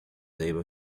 able